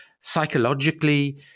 psychologically